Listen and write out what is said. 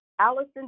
Allison